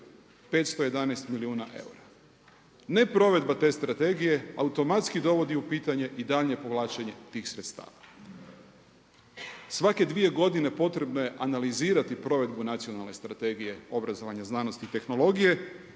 511 milijuna eura sredstava. Neprovedba te strategije automatski dovodi u pitanje i daljnje povlačenje tih sredstava. Svake dvije godine potrebno je analizirati provedbu Nacionalne strategije obrazovanja, znanosti i tehnologije.